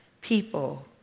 people